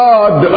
God